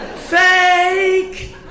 fake